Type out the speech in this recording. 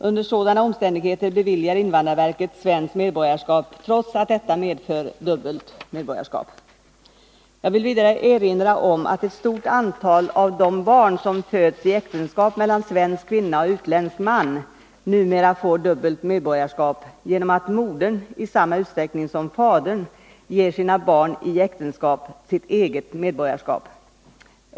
Under sådana omständigheter beviljar invandrarverket svenskt medborgarskap, trots att detta medför dubbelt medborgarskap. Jag vill vidare erinra om att ett stort antal av de barn som föds i äktenskap mellan svensk kvinna och utländsk man numera får dubbelt medborgarskap genom att modern i samma utsträckning som fadern ger sina barn i äktenskap sitt eget medborgarskap.